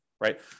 right